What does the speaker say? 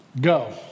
go